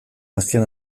azken